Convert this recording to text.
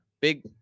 Big